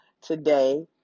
today